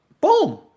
boom